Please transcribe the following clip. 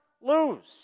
lose